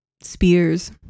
spears